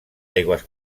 aigües